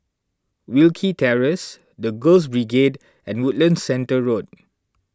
Wilkie Terrace the Girls Brigade and Woodlands Centre Road